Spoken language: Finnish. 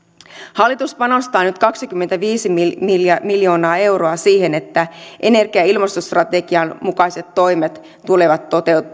hallitus panostaa nyt kaksikymmentäviisi miljoonaa miljoonaa euroa siihen että energia ja ilmastostrategian mukaiset toimet tulevat